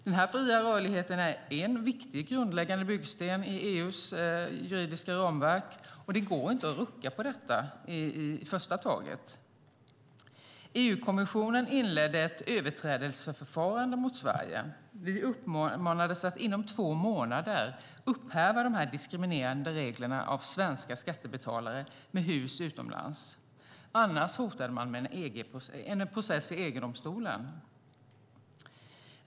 Den fria rörligheten är en viktig grundläggande byggsten i EU:s juridiska ramverk, och det går inte att rucka på detta i första taget. EU-kommissionen inledde ett överträdelseförfarande mot Sverige. Vi uppmanades att inom två månader upphäva de diskriminerande reglerna av svenska skattebetalare med hus utomlands, annars hotade man med en process i EG-domstolen.